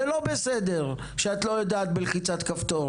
זה לא בסדר שאת לא יודעת בלחיצת כפתור